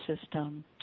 system